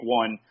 one